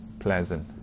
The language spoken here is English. pleasant